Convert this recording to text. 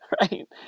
right